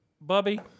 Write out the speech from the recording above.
Bubby